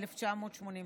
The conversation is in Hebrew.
1987,